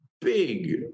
big